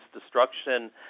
destruction